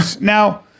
Now